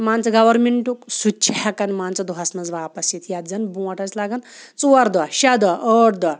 مان ژٕ گورمٮ۪نٛٹُک سُہ تہِ چھِ ہٮ۪کان مان ژٕ دۄہَس منٛز واپَس یِتھ یَتھ زَن بروںٛٹھ ٲسۍ لَگان ژور دۄہ شےٚ دۄہ ٲٹھ دۄہ